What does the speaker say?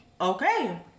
okay